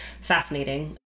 fascinating